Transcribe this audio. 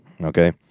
okay